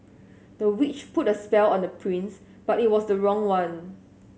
the witch put a spell on the prince but it was the wrong one